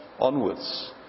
onwards